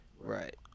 Right